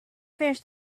finished